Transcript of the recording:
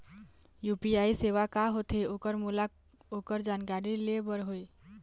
UPI सेवा का होथे ओकर मोला ओकर जानकारी ले बर हे?